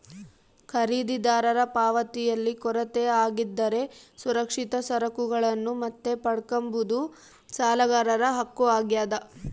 ಖರೀದಿದಾರರ ಪಾವತಿಯಲ್ಲಿ ಕೊರತೆ ಆಗಿದ್ದರೆ ಸುರಕ್ಷಿತ ಸರಕುಗಳನ್ನು ಮತ್ತೆ ಪಡ್ಕಂಬದು ಸಾಲಗಾರರ ಹಕ್ಕು ಆಗ್ಯಾದ